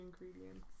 ingredients